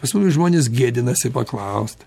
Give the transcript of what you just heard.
pas mumis žmonės gėdinasi paklaust